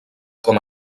com